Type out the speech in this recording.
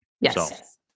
Yes